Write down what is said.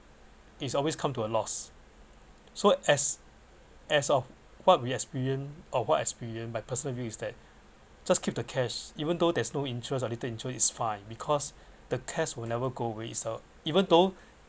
it's always come to a loss so as as of what we experience or what I experience my personal view is that just keep the cash even though there's no interest or little interest is fine because the cash will never go away so even though